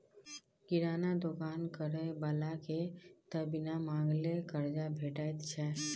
किराना दोकान करय बलाकेँ त बिन मांगले करजा भेटैत छै